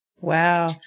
Wow